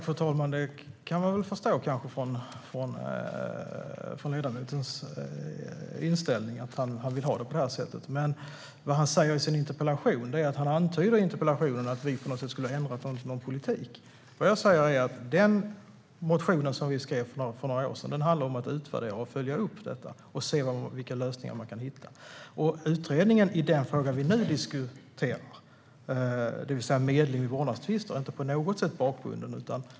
Fru talman! Det kan man väl kanske förstå från ledamotens inställning, alltså att han vill ha det på det sättet. I sin interpellation antyder han dock att vi skulle ha ändrat någon politik. Vad jag säger är att den motion vi skrev för några år sedan handlar om att utvärdera och följa upp detta för att se vilka lösningar man kan hitta. Utredningen i den fråga vi nu diskuterar, det vill säga medling i vårdnadstvister, är inte på något sätt bakbunden.